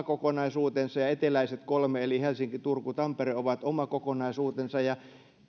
kokonaisuutensa ja eteläiset kolme eli helsinki turku tampere ovat oma kokonaisuutensa